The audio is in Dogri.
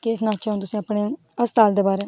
केह् सनाचै हून तुसें गी अपने अस्ताल दे बारै